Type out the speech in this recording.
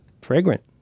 Fragrant